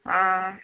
ஆ